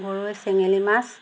গৰৈ চেঙেলী মাছ